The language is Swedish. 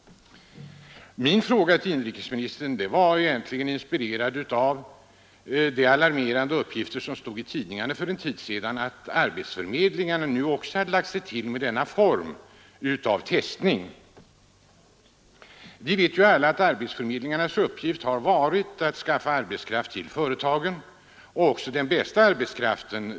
Min fråga till inrikesministern var egentligen inspirerad av de alarmerande uppgifter som fanns i tidningarna för en tid sedan — att även arbetsförmedlingarna hade lagt sig till med denna form av testning. Vi vet alla att arbetsförmedlingarnas uppgift har varit att skaffa arbetskraft till företagen — och även den bästa arbetskraften.